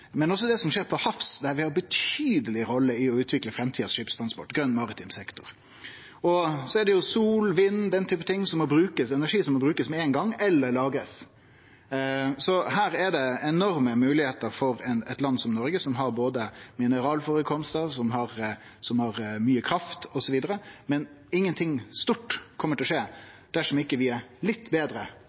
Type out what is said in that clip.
men også det som skjer på havet, der vi har ei betydeleg rolle i å utvikle framtidas skipstransport, ein grøn maritim sektor. Og vi har sol, vind og den typen ting, energi som må brukast med ein gong eller må lagrast. Så her er det enorme moglegheiter for eit land som Noreg, som har både mineralførekomstar, mykje kraft osv. Men ingenting stort kjem til å skje dersom vi ikkje er litt betre